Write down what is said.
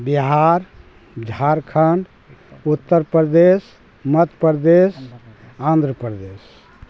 Bihar Jharkhand Uttar Pradesh Madhya Pradesh Andhra Pradesh